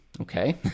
Okay